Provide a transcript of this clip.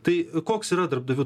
tai koks yra darbdavių